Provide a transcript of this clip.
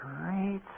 Great